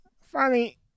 Funny